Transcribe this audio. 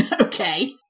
Okay